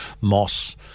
Moss